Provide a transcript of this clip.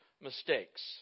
mistakes